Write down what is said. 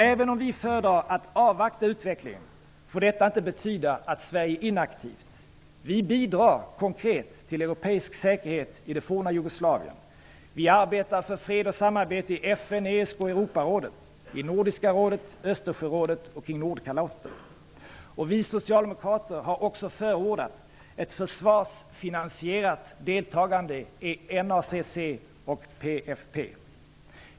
Även om vi föredrar att avvakta utvecklingen, får detta inte betyda att Sverige är inaktivt. Vi bidrar konkret till europeisk säkerhet i det forna Jugoslavien, vi arbetar för fred och samarbete i FN, i ESK, i Europarådet, i Nordiska rådet, i Vi socialdemokrater har också förordat ett försvarsfinansierat deltagande i NACC och PFP.